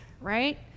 right